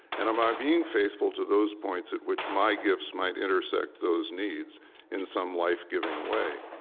and am i being faithful to those points at which my gifts might intersect those needs in some life-giving way?